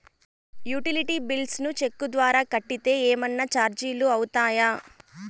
Utility bills ను cheque ద్వారా కట్టితే ఏమన్నా చార్జీలు అవుతాయా?